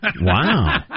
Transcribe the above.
Wow